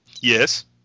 Yes